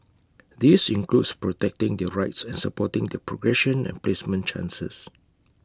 this includes protecting their rights and supporting their progression and placement chances